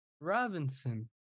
Robinson